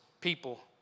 people